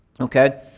Okay